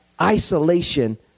isolation